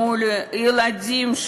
מול ילדים.